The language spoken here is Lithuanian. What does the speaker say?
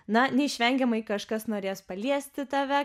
na neišvengiamai kažkas norės paliesti tave